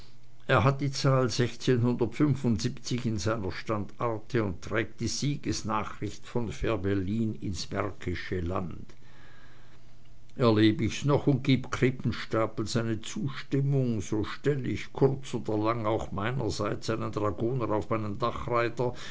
er hat die zahl in seiner standarte und trägt die siegesnachricht von fehrbellin ins märkische land erleb ich's noch und gibt krippenstapel seine zustimmung so stell ich kurz oder lang auch meinerseits einen dragoner auf meinen